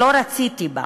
שלא רציתי בה,